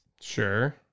Sure